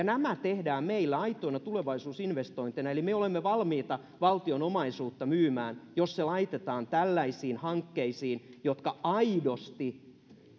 nämä tehdään meillä aitoina tulevaisuusinvestointeina eli me olemme valmiita valtion omaisuutta myymään jos se laitetaan tällaisiin hankkeisiin jotka aidosti